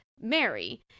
mary